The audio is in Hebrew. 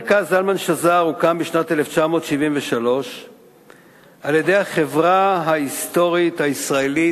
מרכז זלמן שזר הוקם בשנת 1973 על-ידי החברה ההיסטורית הישראלית,